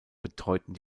betreuten